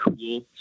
cool